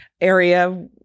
area